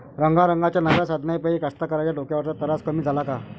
रंगारंगाच्या नव्या साधनाइपाई कास्तकाराइच्या डोक्यावरचा तरास कमी झाला का?